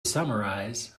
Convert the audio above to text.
summarize